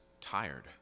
tired